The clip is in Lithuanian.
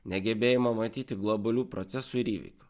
negebėjimo matyti globalių procesų ir įvykių